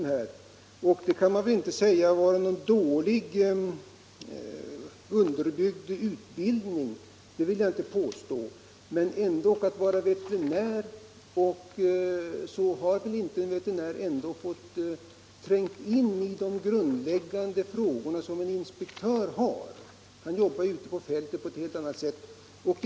Jag vill inte påstå att en veterinär har en dålig utbildning, men ändå har väl inte en veterinär fått tränga in i de grundläggande frågorna på det sätt som en inspektör har fått göra.